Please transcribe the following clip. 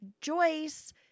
Joyce